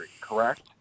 Correct